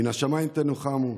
מן השמיים תנוחמו.